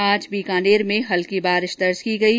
आज बीकानेर में भी हल्की बारिश दर्ज की गयी